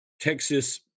Texas